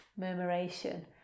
murmuration